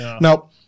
now